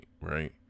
right